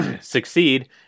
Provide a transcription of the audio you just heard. succeed